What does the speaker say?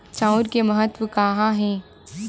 चांउर के महत्व कहां हे?